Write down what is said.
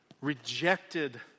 rejected